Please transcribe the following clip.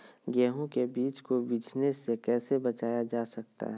गेंहू के बीज को बिझने से कैसे बचाया जा सकता है?